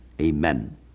Amen